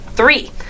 Three